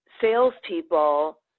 salespeople